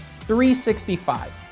365